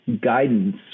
guidance